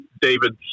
David